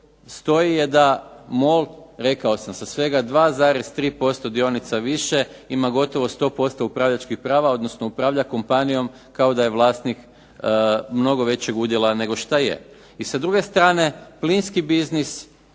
stoji je da MOL, rekao sam sa svega 2,3% dionica više, ima gotovo 100% upravljačkih prava, odnosno upravlja kompanijom kao da je vlasnik mnogo većeg udjela nego što je. I sa druge strane plinski biznis,